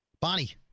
Bonnie